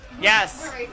Yes